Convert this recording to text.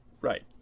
Right